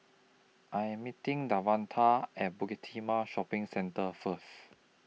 I Am meeting Davonta At Bukit Timah Shopping Centre First